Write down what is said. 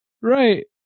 right